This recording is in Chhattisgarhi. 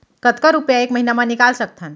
कतका रुपिया एक महीना म निकाल सकथन?